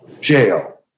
jail